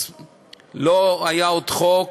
לא היה עוד חוק,